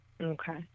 Okay